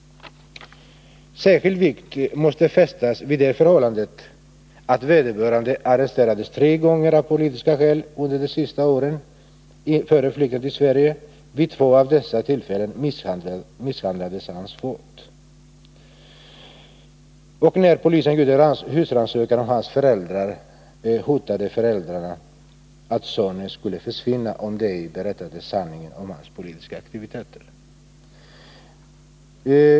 Särskild vikt måste fästas vid det förhållandet att vederbörande arresterades tre gånger av politiska skäl under det sista året före flykten till Sverige, att han vid två av dessa tillfällen blev svårt misshandlad och att polisen när den genomförde husrannsakan hos hans föräldrar hotade med att han skulle försvinna om de ej berättade sanningen om hans politiska aktiviteter.